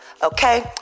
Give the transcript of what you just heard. Okay